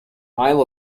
isle